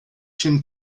chen